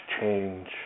change